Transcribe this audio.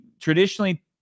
Traditionally